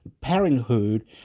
parenthood